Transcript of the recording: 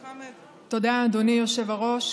תודה, אדוני היושב-ראש.